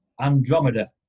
Andromeda